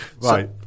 right